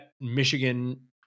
Michigan